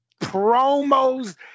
promos